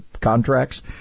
contracts